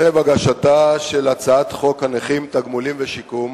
ערב הגשתה של הצעת חוק הנכים (תגמולים ושיקום),